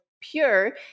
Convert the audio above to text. pure